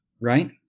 right